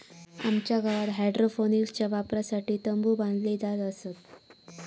आमच्या गावात हायड्रोपोनिक्सच्या वापरासाठी तंबु बांधले जात असत